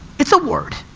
it's a word.